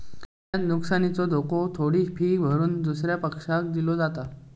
विम्यात नुकसानीचो धोको थोडी फी भरून दुसऱ्या पक्षाक दिलो जाता